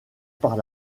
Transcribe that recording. par